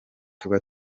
tuba